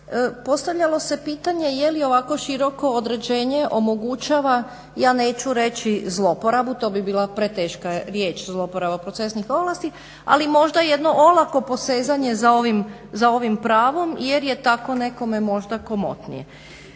postavljalo se pitanje jeli ovako široko određenje omogućava ja neću reći zloporabu, to bi bila preteška riječ, zloporaba procesnih ovlasti, ali možda jedno olako posezanje za ovim pravom jer je tako nekome možda komotnije.